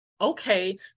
Okay